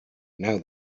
now